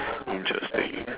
interesting